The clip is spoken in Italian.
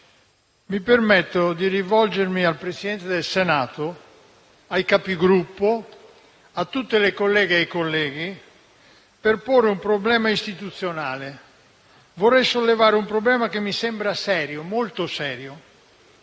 mi permetto di rivolgermi al Presidente del Senato, ai Capigruppo e a tutte le colleghe e i colleghi per porre un problema istituzionale. Vorrei sollevare un problema che mi sembra molto serio.